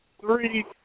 three